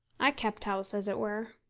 i kept house, as it were.